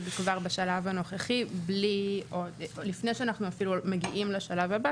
כבר בשלב הנוכחי לפני שאנחנו מגיעים לשלב הבא,